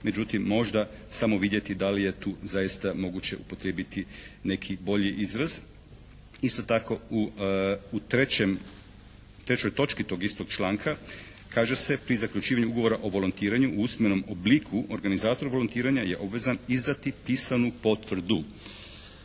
Međutim možda samo vidjeti da li je tu zaista moguće upotrijebiti neki bolji izraz. Isto tako u trećem, trećoj točki tog istog članka kaže se, pri zaključivanju ugovora o volontiranju u usmenom obliku organizator volontiranja je obvezan izdati pisanu potvrdu.